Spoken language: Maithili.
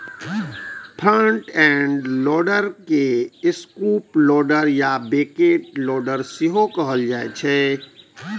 फ्रंट एंड लोडर के स्कूप लोडर या बकेट लोडर सेहो कहल जाइ छै